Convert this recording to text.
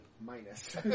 minus